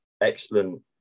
Excellent